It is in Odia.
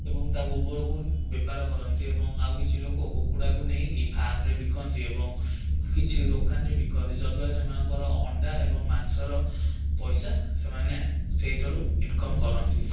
ଏବଂ ତା ଗୋବରକୁ ବେପାର କରନ୍ତି ଏବଂ ଆଉ କିଛିଲୋକ କୁକୁଡ଼ାକୁ ନେଇକି ଫାର୍ମରେ ବିକନ୍ତି ଏବଂ କିଛି ଦୋକାନରେ ବିକନ୍ତି ଯଦିବା ସେମାନଙ୍କର ଅଣ୍ଡା ଏବଂ ମାଂସର ପଇସା ସେମାନେ ସେଇଥିରୁ ଇନକମ କରନ୍ତି